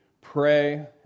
pray